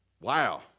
Wow